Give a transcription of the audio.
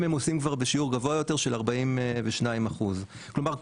הם ממוסים כבר בשיעור גבוה יותר של 42%. כלומר,